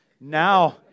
Now